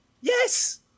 yes